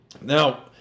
Now